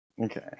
Okay